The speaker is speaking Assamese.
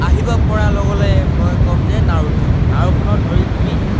আহিব পৰা লগে লগে মই ক'ম যে নাওত ধৰ নাওখনৰ ধৰি তুমি